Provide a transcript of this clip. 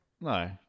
No